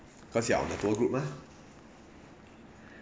cause you are on the tour group mah